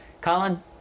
Colin